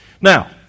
Now